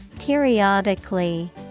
Periodically